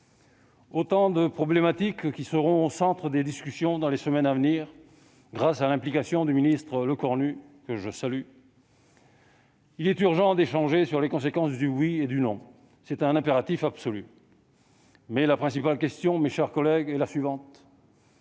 autant de problématiques qui seront au centre des discussions dans les semaines à venir, grâce à l'implication du ministre Sébastien Lecornu, que je salue. Il est urgent d'échanger sur les conséquences du oui et du non. C'est un impératif absolu. Mais la principale question, mes chers collègues, est la suivante